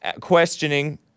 questioning